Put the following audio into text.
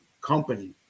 company